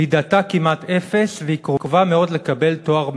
מידתה כמעט אפס והיא קרובה מאוד לקבל תואר מאוניברסיטה.